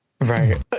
right